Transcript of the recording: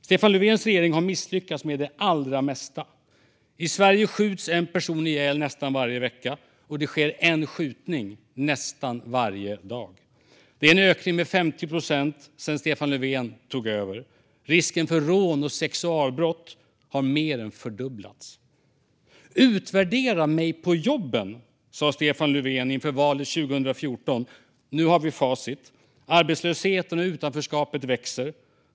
Stefan Löfvens regering har misslyckats med det allra mesta. I Sverige skjuts en person ihjäl nästan varje vecka, och det sker en skjutning nästan varje dag. Det är en ökning med 50 procent sedan Stefan Löfven tog över. Risken för rån och sexualbrott har mer än fördubblats. Utvärdera mig på jobben! sa Stefan Löfven inför valet 2014. Nu har vi facit. Arbetslösheten och utanförskapet växer.